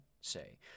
say